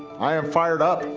i am fired up.